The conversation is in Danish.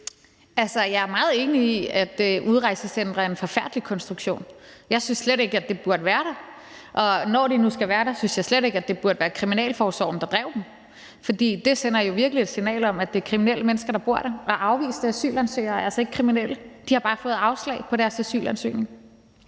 Jeg er meget enig i, at udrejsecentre er en forfærdelig konstruktion. Jeg synes slet ikke, at de burde være der, og når de nu skal være der, synes jeg slet ikke, at det burde være Kriminalforsorgen, der drev dem. For det sender jo virkelig et signal om, at det er kriminelle mennesker, der bor der, og afviste asylansøgere er altså ikke kriminelle. De har bare fået afslag på deres asylansøgning.